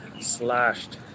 slashed